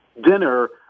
dinner